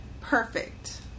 perfect